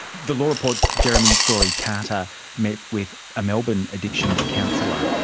the law report's jeremy story carter met with a melbourne addictions counsellor,